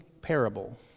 parable